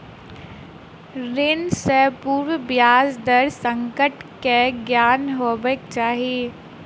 ऋण सॅ पूर्व ब्याज दर संकट के ज्ञान हेबाक चाही